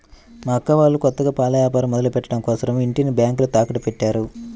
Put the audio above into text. మా అక్క వాళ్ళు కొత్తగా పాల వ్యాపారం మొదలుపెట్టడం కోసరం ఇంటిని బ్యేంకులో తాకట్టుపెట్టారు